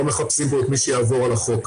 לא מחפשים פה את מי שיעבור על החוק.